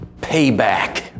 payback